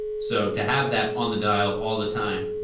so to have that on the dial all the time,